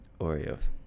Oreos